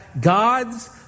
God's